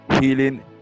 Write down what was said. healing